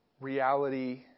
reality